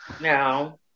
No